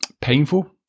painful